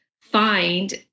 find